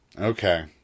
Okay